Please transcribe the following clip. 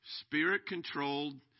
spirit-controlled